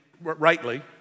rightly